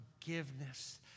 forgiveness